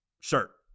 shirt